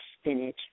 spinach